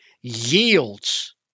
yields